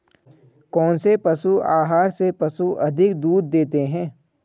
कौनसे पशु आहार से पशु अधिक दूध देते हैं?